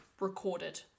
recorded